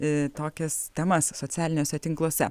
į tokias temas socialiniuose tinkluose